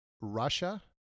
Russia